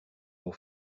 pour